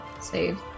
save